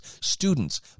students